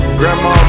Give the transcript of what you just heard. grandma